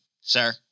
sir